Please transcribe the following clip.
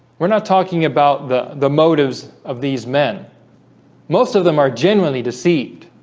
we're not talking about the the motives of these men most of them are genuinely deceived